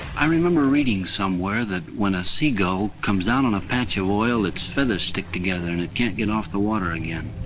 i remember reading somewhere that when a seagull comes down on a patch of oil, its feathers stick together and it can't get off the water again.